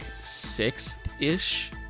sixth-ish